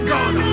God